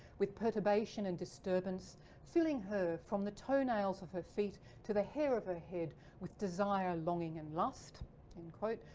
with perturbation and disturbance filling her from the toenails of her feet to the hair of her head with desire, longing and lust end quote.